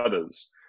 others